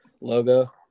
logo